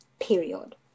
period